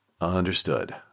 Understood